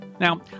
Now